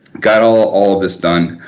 got all all this done.